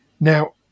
Now